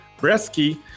Bresky